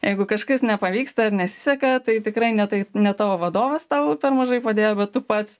jeigu kažkas nepavyksta ar nesiseka tai tikrai ne tai ne tavo vadovas tau per mažai padėjo bet tu pats